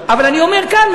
אבל אני אומר כאן,